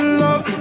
love